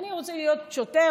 אני רוצה להיות שוטר,